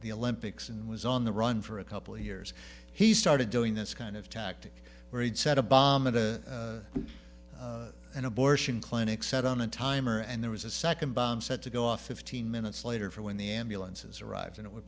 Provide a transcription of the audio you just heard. the olympics and was on the run for a couple of years he started doing this kind of tactic where he'd set a bomb into an abortion clinic set on a timer and there was a second bomb set to go off fifteen minutes later for when the ambulances arrived and it would